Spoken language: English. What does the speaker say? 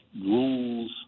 rules